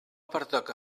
pertoca